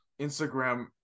Instagram